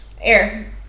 Air